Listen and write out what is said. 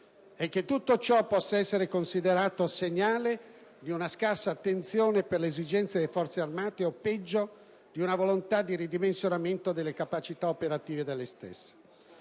e che tutto ciò possa essere considerato segnale di una scarsa attenzione per le esigenze delle Forze armate o, peggio, di una volontà di ridimensionamento della capacità operativa delle stesse.